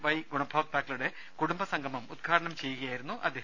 Y ഗുണഭോക്താക്കളുടെ കുടുംബസംഗമം ഉദ്ഘാടനം ചെയ്യുകയായി രുന്നു മന്ത്രി